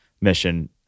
mission